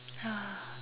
ya